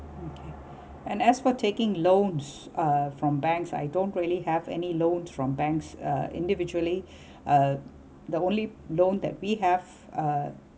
okay and as for taking loans uh from banks I don't really have any loans from banks uh individually uh the only loan that we have uh